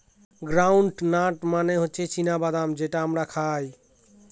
ground nut মানে হচ্ছে চীনা বাদাম যেটা আমরা খাই